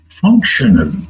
functional